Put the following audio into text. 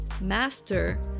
master